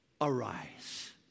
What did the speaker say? arise